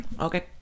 Okay